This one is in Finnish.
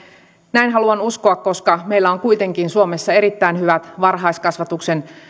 näin haluan uskoa koska meillä on kuitenkin suomessa erittäin hyvät varhaiskasvatuksen